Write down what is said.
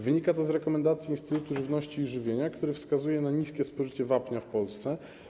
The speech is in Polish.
Wynika to z rekomendacji Instytutu Żywności i Żywienia, który wskazuje na niskie spożycie wapnia w Polsce.